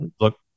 look